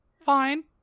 Fine